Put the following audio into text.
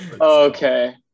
Okay